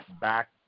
back